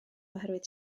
oherwydd